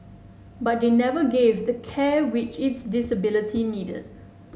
but they never gave the care which its disability needed